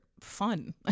fun